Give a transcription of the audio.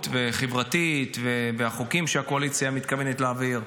חברתית והחוקים שהקואליציה מתכוונת להעביר.